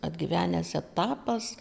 atgyvenęs etapas